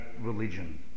religion